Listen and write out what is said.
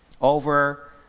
over